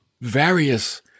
various